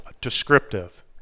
descriptive